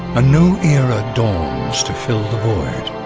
a new era dawns to fill the void.